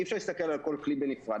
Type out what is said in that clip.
אי אפשר להסתכל על כל כלי בנפרד.